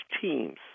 teams